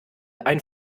ein